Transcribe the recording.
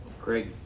Craig